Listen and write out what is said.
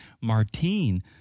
Martine